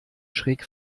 schräg